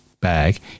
bag